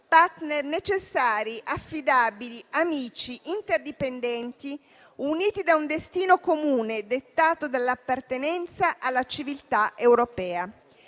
*partner* necessari, affidabili, amici, interdipendenti, uniti da un destino comune dettato dall'appartenenza alla civiltà europea.